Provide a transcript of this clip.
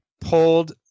pulled